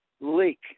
leak